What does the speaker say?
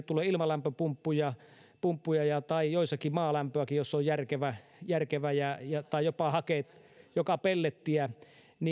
tulee ilmalämpöpumppuja tai jossakin maalämpöäkin jos se on järkevä järkevä tai jopa hake tai pellettiä